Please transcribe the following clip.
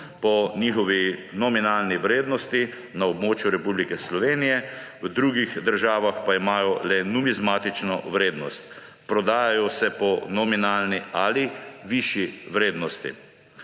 po njihovi nominalni vrednosti na območju Republike Slovenije, v drugih državah pa imajo le numizmatično vrednost. Prodajajo se po nominalni ali višji vrednosti.